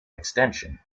extension